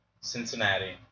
Cincinnati